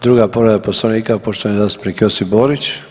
Druga povreda Poslovnika poštovani zastupnik Josip Borić.